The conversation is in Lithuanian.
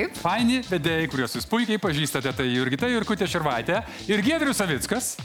faini vedėjai kuriuos jūs puikiai pažįstate tai jurgita jurkutė širvaitė ir giedrius savickas